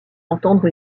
entendre